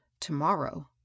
tomorrow